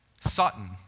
Sutton